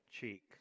cheek